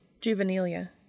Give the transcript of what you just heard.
Juvenilia